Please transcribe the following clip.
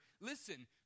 listen